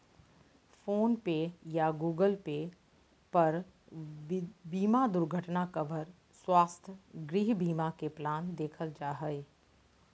phone पे या Google Pay पर बीमा दुर्घटना कवर, स्वास्थ्य, गृह बीमा के प्लान देखल जा हय